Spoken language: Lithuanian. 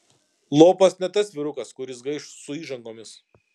lopas ne tas vyrukas kuris gaiš su įžangomis